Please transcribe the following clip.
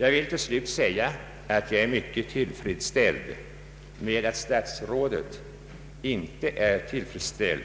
Jag vill till slut framhålla att jag mycket uppskattar att statsrådet inte är tillfredsställd